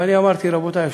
ואני אמרתי: רבותי,